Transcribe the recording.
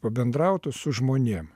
pabendrautų su žmonėm